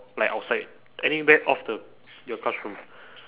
like outside anywhere off the your classroom